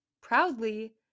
proudly